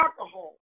alcohol